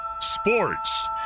Sports